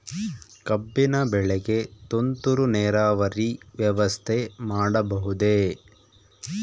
ಕಬ್ಬಿನ ಬೆಳೆಗೆ ತುಂತುರು ನೇರಾವರಿ ವ್ಯವಸ್ಥೆ ಮಾಡಬಹುದೇ?